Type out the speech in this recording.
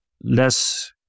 less